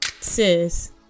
Sis